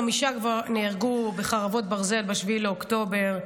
חמישה כבר נהרגו בחרבות ברזל ב-7 באוקטובר.